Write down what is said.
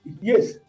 Yes